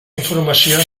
informació